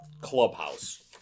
clubhouse